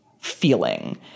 feeling